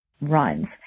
runs